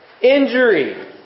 injury